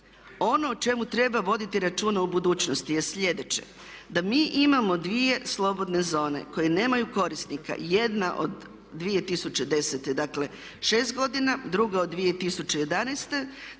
o čemu treba voditi računa u budućnosti je sljedeće da mi imamo dvije slobodne zone koje nemaju korisnika. Jedna od 2010., dakle 6 godina, druga od 2011.,